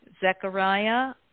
Zechariah